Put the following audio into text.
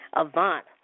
Avant